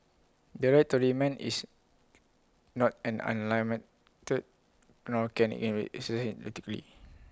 the right to remand is not an unlimited right can IT be